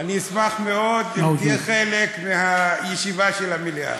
אני אשמח מאוד אם תהיה חלק מהישיבה של המליאה.